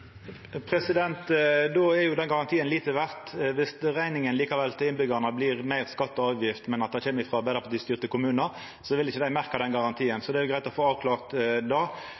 Då er den garantien lite verdt. Viss rekninga til innbyggjarane likevel blir meir i skattar og avgifter, men at det kjem frå Arbeidarparti-styrte kommunar, vil dei ikkje merka den garantien. Det er greitt å få avklart